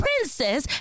princess